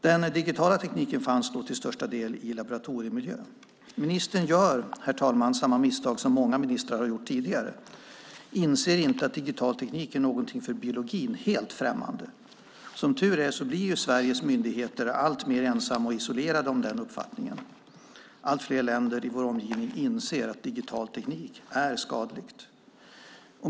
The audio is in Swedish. Den digitala tekniken fanns då till största del i laboratoriemiljö. Ministern gör, herr talman, samma misstag som många ministrar har gjort tidigare. Man inser inte att digital teknik är någonting för biologin helt främmande. Som tur är blir Sveriges myndigheter alltmer ensamma och isolerade om den uppfattningen. Allt fler länder i vår omgivning inser att digital teknik är skadlig.